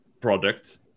product